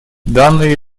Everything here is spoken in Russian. данные